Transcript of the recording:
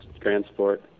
transport